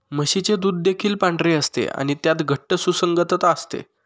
म्हशीचे दूध देखील पांढरे असते आणि त्यात घट्ट सुसंगतता असते